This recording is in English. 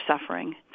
suffering